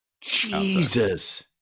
Jesus